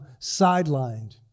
sidelined